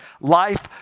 Life